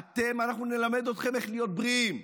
אתם, אנחנו נלמד אתכם איך להיות בריאים,